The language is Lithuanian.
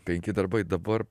penki darbai dabar